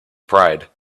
pride